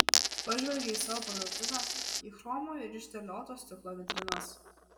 pažvelgė į savo parduotuvę į chromo ir išterlioto stiklo vitrinas